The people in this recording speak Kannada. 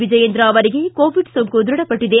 ವಿಜಯೇಂದ್ರ ಅವರಿಗೆ ಕೋವಿಡ್ ಸೋಂಕು ದೃಢಪಟ್ಟಿದೆ